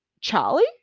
Charlie